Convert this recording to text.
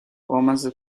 بامزه